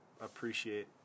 appreciate